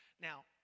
Now